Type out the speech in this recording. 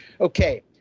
Okay